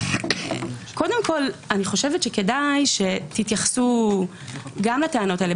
קודם כול, לדעתי, כדאי שתתייחסו גם לטענות האלה.